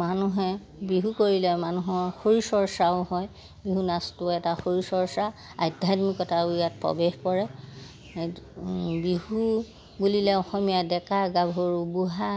মানুহে বিহু কৰিলে মানুহৰ শৰীৰ চৰ্চাও হয় বিহু নাচটো এটা শৰীৰ চৰ্চা আধ্যাত্মিকতাও ইয়াত প্ৰৱেশ কৰে বিহু বুলিলে অসমীয়া ডেকা গাভৰু বুঢ়া